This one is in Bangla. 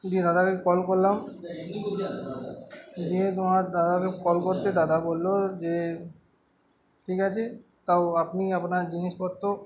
দিয়ে দাদাকে কল করলাম দিয়ে তোমার দাদাকে কল করতে দাদা বললো যে ঠিক আছে তাও আপনি আপনার জিনিসপত্র